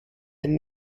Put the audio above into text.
ein